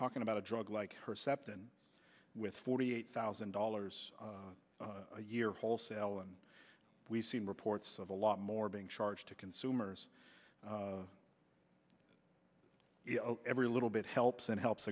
talking about a drug like herceptin with forty eight thousand dollars a year wholesale and we've seen reports of a lot more being charged to consumers every little bit helps and helps